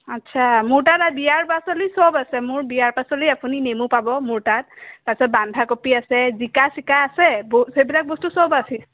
আচ্ছা মোৰ তাত বিয়াৰ পাচলি চব আছে মোৰ বিয়াৰ পাচলি আপুনি নেমু পাব মোৰ তাত তাৰপিছত বন্ধাকবি আছে জিকা চিকা আছে সেইবিলাক বস্তু চব আছে